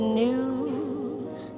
news